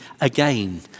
again